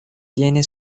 tiene